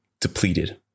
depleted